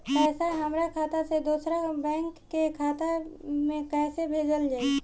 पैसा हमरा खाता से हमारे दोसर बैंक के खाता मे कैसे भेजल जायी?